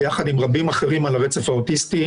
ביחד עם רבים אחרים על הרצף האוטיסטי,